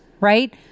right